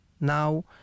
now